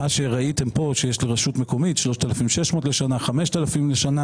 מה שראיתם כאן שיש לרשות מקומית 3,600 לשנה 5,000 לשנה